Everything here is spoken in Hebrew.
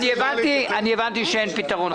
הבנתי שאין פתרון.